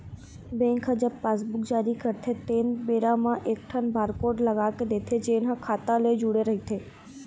bank ह जब passbook जारी करथे तेन बेरा म एकठन बारकोड लगा के देथे जेन ह खाता ले जुड़े रहिथे